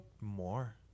More